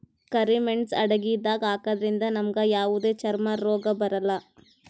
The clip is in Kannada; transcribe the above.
ಕರಿ ಮೇಣ್ಸ್ ಅಡಗಿದಾಗ್ ಹಾಕದ್ರಿಂದ್ ನಮ್ಗ್ ಯಾವದೇ ಚರ್ಮ್ ರೋಗ್ ಬರಲ್ಲಾ